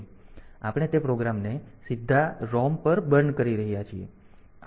તેથી આપણે તે પ્રોગ્રામ્સને સીધા ROM પર બર્ન કરી શકીએ છીએ